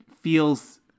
feels